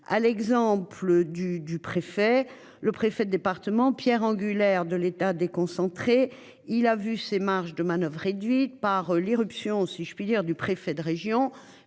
à l'exemple du, du préfet, le préfet de département, Pierre angulaire de l'État déconcentrer. Il a vu ses marges de manoeuvre réduite par l'éruption si je puis dire du préfet de région